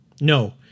no